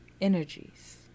energies